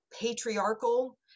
patriarchal